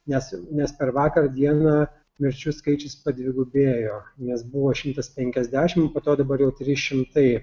nes nes per vakar dieną mirčių skaičius padvigubėjo nes buvo šimtas penkiasdešim po to dabar jau trys šimtai